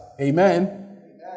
Amen